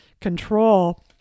control